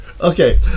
okay